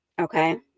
Okay